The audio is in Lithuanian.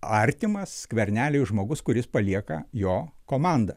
artimas skverneliui žmogus kuris palieka jo komandą